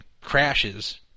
crashes